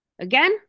Again